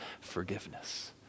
forgiveness